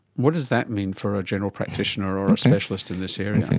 what does that mean for a general practitioner or a specialist in this area?